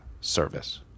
service